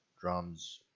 drums